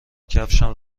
کفشم